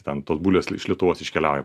ten tos bulvės iš lietuvos iškeliauja